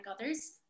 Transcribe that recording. others